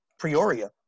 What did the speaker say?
prioria